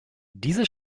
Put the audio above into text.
diese